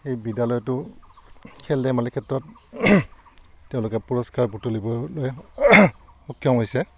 এই বিদ্যালয়টো খেল ধেমালি ক্ষেত্ৰত তেওঁলোকে পুৰস্কাৰ বুতলিবলৈ সক্ষম হৈছে